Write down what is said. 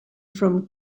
from